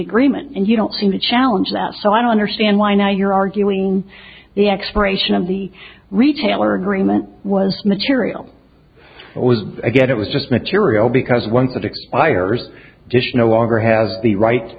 agreement and you don't seem to challenge that so i don't understand why now you're arguing the expiration of the retailer agreement was material it was a get it was just material because once it expires dish no longer has the right